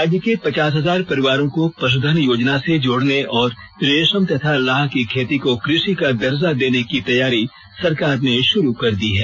राज्य के पचास हजार परिवारों को पशुधन योजना से जोड़ने और रेशम तथा लाह की खेती को कृषि का दर्जा देने की तैयारी सरकार ने शुरू कर दी है